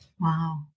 wow